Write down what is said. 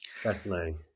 Fascinating